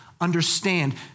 understand